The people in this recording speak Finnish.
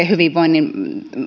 hyvinvoinnin